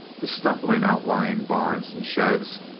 the stumbling outlying barns and sheds,